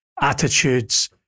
attitudes